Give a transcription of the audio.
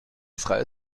freie